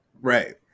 right